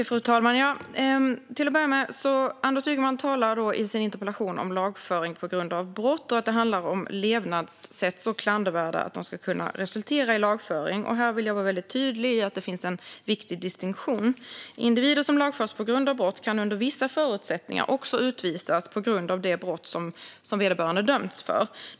Fru talman! Anders Ygeman talade i sin interpellation om lagföring på grund av brott och om att det handlar om levnadssätt så klandervärda att de ska kunna resultera i lagföring. Här vill jag vara väldigt tydlig med att det finns en viktig distinktion. Individer som lagförs på grund av brott kan under vissa förutsättningar också utvisas på grund av det brott som vederbörande dömts för.